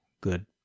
good